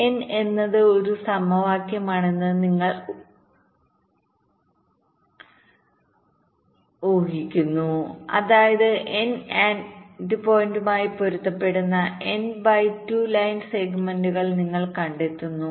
N എന്നത് ഒരു സമവാക്യമാണെന്ന് നിങ്ങൾ areഹിക്കുന്നു അതായത് N എൻഡ് പോയിന്റുമായി പൊരുത്തപ്പെടുന്ന N ബൈ 2 ലൈൻ സെഗ്മെന്റുകൾ നിങ്ങൾ കണ്ടെത്തുന്നു